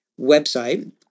website